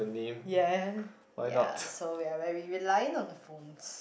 ya ya so we are very reliant on the phones